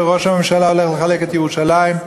שראש הממשלה הולך לחלק את ירושלים.